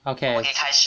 okay